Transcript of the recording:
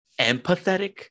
empathetic